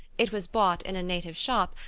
it was bought in a native shop,